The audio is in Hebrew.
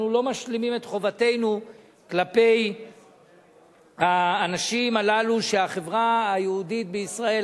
אנחנו לא משלימים את חובתנו כלפי האנשים הללו שהחברה היהודית בישראל,